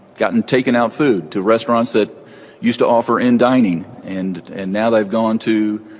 gotten taken out food to restaurants it used to offer in dining and and now they've gone to